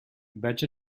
veig